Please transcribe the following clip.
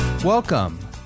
Welcome